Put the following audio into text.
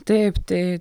taip tai